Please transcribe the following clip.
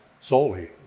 solely